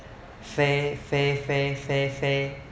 fair fair fair fair